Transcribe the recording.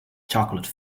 chocolate